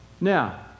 Now